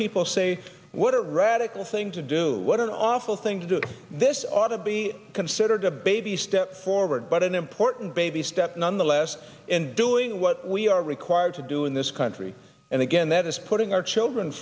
people say what a radical thing to do what an awful thing to do this ought to be considered a baby step forward but an important baby step nonetheless in doing what we are required to do in this country and again that is putting our children